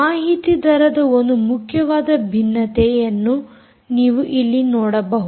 ಮಾಹಿತಿ ದರದ ಒಂದು ಮುಖ್ಯವಾದ ಭಿನ್ನತೆಯನ್ನು ನೀವು ಇಲ್ಲಿ ನೋಡಬಹುದು